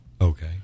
Okay